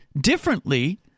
differently